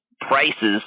prices